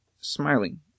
smiling